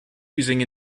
using